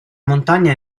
montagna